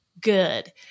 good